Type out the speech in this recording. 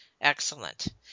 Excellent